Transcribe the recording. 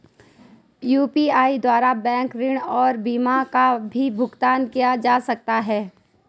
UPI द्वारा bank ऋण और बीमा का भी भुगतान किया जा सकता है?